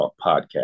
Podcast